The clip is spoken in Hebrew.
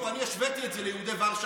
אני השוויתי את זה ליהודי ורשה בשואה?